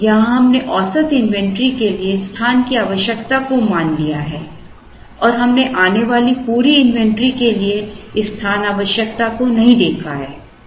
अब यहाँ हमने औसत इन्वेंट्री के लिए स्थान की आवश्यकता को मान लिया है और हमने आने वाली पूरी इन्वेंट्री के लिए इस स्थान आवश्यकता को नहीं देखा है